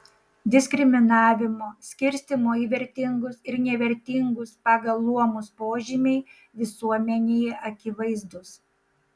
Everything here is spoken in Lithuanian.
diskriminavimo skirstymo į vertingus ir nevertingus pagal luomus požymiai visuomenėje akivaizdūs